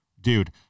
Dude